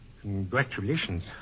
Congratulations